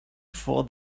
for